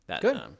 Good